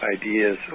ideas